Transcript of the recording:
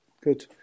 Good